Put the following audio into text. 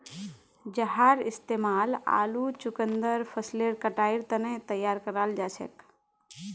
जहार इस्तेमाल आलू चुकंदर फसलेर कटाईर तने तैयार कराल जाछेक